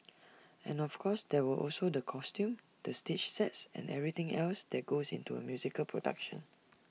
and of course there were also the costumes the stage sets and everything else that goes into A musical production